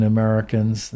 Americans